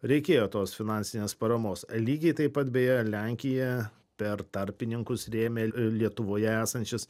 reikėjo tos finansinės paramos lygiai taip pat beje lenkija per tarpininkus rėmė lietuvoje esančias